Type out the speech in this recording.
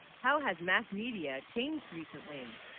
how, has, mass media changed recently?